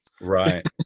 right